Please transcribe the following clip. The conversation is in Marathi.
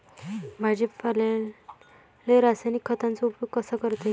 भाजीपाल्याले रासायनिक खतांचा उपयोग कसा करता येईन?